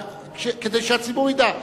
כדי שהציבור ידע.